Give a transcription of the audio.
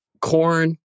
corn